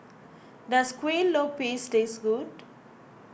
does Kuih Lopes taste good